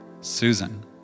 Susan